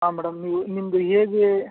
ಹಾಂ ಮೇಡಮ್ ನೀವು ನಿಮ್ಮದು ಹೇಗೆ